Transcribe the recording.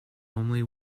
only